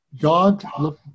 God